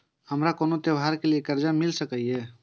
हमारा कोनो त्योहार के लिए कर्जा मिल सकीये?